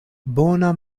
bona